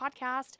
podcast